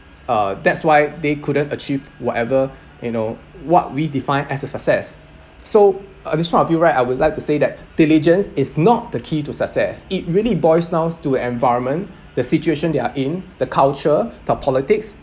uh that's why they couldn't achieve whatever you know what we defined as a success so at this point of view right I would like to say that diligence is not the key to success it really boils down to environment the situation they are in the culture the politics